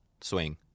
swing